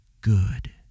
good